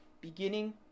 beginning